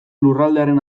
lurraldearen